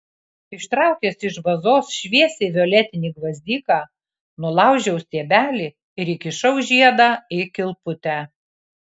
ištraukęs iš vazos šviesiai violetinį gvazdiką nulaužiau stiebelį ir įkišau žiedą į kilputę